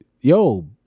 yo